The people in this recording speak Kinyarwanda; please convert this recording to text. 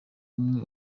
umwe